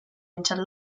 into